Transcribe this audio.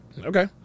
Okay